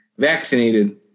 Vaccinated